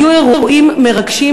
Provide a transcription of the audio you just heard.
היו אירועים מרגשים,